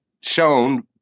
shown